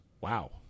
wow